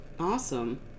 awesome